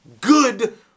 good